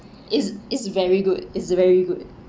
it's it's very good it's very good